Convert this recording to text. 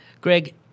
Greg